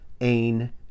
ain